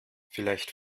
vielleicht